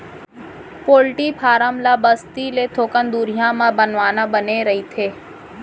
poultry farm ल बस्ती ले थोकन दुरिहा म बनवाना बने रहिथे